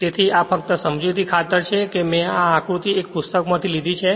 તેથી આ ફક્ત સમજૂતી ખાતર છે કે મેં આ આકૃતિ એક પુસ્તકમાંથી લીધી છે